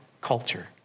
culture